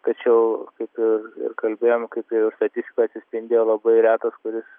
tačiau kaip ir ir kalbėjom kaip ir statistikoj atsispindėjo labai retas kuris